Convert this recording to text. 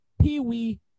pee-wee